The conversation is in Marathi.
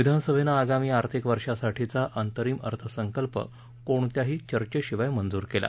विधानसभेनं आगामी आर्थिक वर्षासाठीचा अंतरिम अर्थसंकल्प कोणत्याही चर्चेशिवाय मंजूर केला